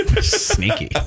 sneaky